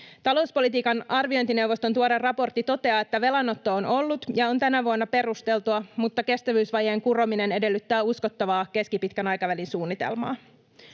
Talouspolitiikan arviointineuvoston tuore raportti toteaa, että velanotto on ollut ja on tänä vuonna perusteltua mutta kestävyysvajeen kurominen edellyttää uskottavaa keskipitkän aikavälin suunnitelmaa.